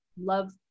love